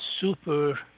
super